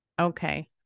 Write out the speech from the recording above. Okay